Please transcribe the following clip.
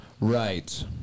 right